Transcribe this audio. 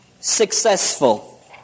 successful